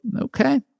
okay